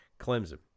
Clemson